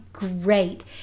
Great